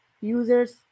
Users